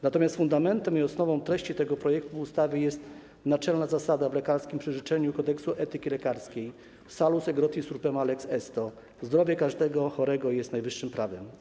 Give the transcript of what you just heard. Natomiast fundamentem i osnową treści tego projektu ustawy jest naczelna zasada w lekarskim przyrzeczeniu Kodeksu etyki lekarskiej: Salus aegroti suprema lex esto - zdrowie każdego chorego jest najwyższym prawem.